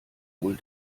wohl